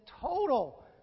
total